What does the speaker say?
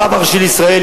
הרב הראשי לישראל,